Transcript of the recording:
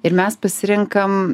ir mes pasirenkam